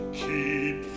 keep